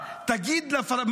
תגיד לפלסטינים,